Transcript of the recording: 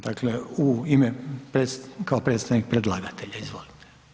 Dakle, u ime, kao predstavnik predlagatelja, izvolite.